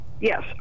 Yes